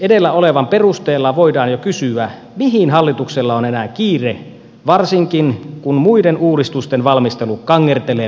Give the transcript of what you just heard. edellä olevan perusteella voidaan jo kysyä mihin hallituksella on enää kiire varsinkin kun muiden uudistusten valmistelu kangertelee pahasti